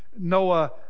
noah